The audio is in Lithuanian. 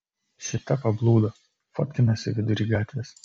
šita pablūdo fotkinasi vidury gatvės